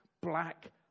black